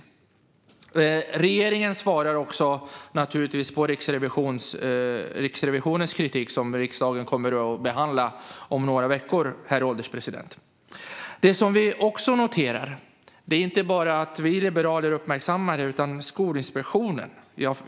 Regeringen svarar naturligtvis också på Riksrevisionens kritik som riksdagen kommer att behandla om några veckor, herr ålderspresident. Det som vi också noterar är att det inte bara är vi liberaler som uppmärksammar detta utan också Skolinspektionen.